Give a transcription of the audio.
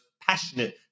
passionate